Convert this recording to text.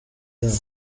yabo